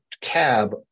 cab